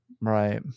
right